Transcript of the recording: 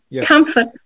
comfort